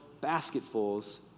basketfuls